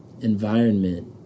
environment